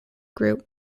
group